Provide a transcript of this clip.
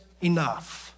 enough